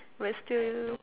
but still